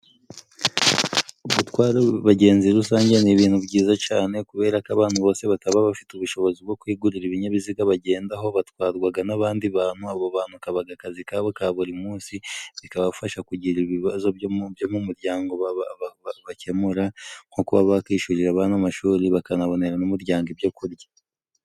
Gutwara abagenzi rusange ni ibintu byiza cyane, kubera ko abantu bose bataba bafite ubushobozi bwo kwigurira ibinyabiziga bagendaho. Batwarwaga n'abandi bantu, abo bantu akaba ari akazi kabo ka buri munsi, bikabafasha kugira ibibazo byo mu muryango bakemura nko kuba bakishyurira abana amashuri, bakanabonera n'umuryango ibyo kurya.